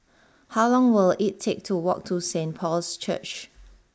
how long will it take to walk to Saint Paul's Church